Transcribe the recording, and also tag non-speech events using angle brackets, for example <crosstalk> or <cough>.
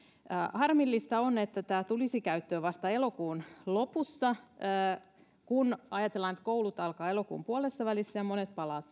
harmillista on että tämä tulisi käyttöön vasta elokuun lopussa kun ajatellaan että koulut alkavat elokuun puolessavälissä ja monet palavat <unintelligible>